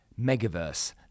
Megaverse